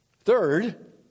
Third